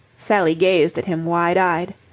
sally gazed at him wide eyed.